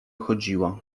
chodziła